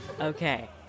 Okay